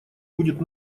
будет